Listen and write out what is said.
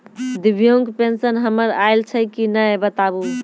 दिव्यांग पेंशन हमर आयल छै कि नैय बताबू?